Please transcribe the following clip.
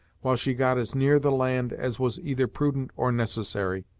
while she got as near the land as was either prudent or necessary.